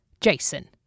Jason